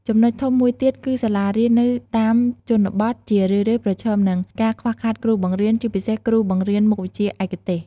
ចំនុចធំមួយទៀត គឺសាលារៀននៅតាមជនបទជារឿយៗប្រឈមនឹងការខ្វះខាតគ្រូបង្រៀន ជាពិសេសគ្រូបង្រៀនមុខវិជ្ជាឯកទេស។